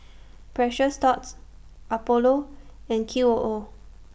Precious Thots Apollo and Q O O